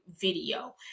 video